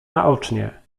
naocznie